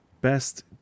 Best